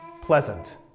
pleasant